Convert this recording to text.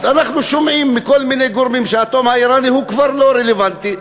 אז אנחנו שומעים מכל מיני גורמים שהאטום האיראני הוא כבר לא רלוונטי.